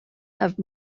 have